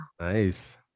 nice